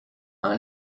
hein